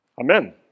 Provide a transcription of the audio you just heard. Amen